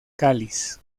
cáliz